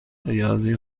ریاضی